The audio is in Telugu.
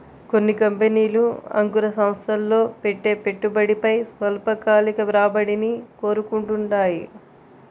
కొన్ని కంపెనీలు అంకుర సంస్థల్లో పెట్టే పెట్టుబడిపై స్వల్పకాలిక రాబడిని కోరుకుంటాయి